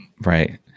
right